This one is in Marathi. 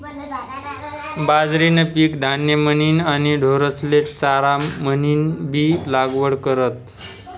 बाजरीनं पीक धान्य म्हनीन आणि ढोरेस्ले चारा म्हनीनबी लागवड करतस